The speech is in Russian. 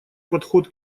подход